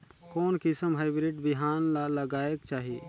कोन किसम हाईब्रिड बिहान ला लगायेक चाही?